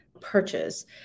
purchase